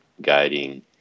guiding